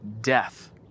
death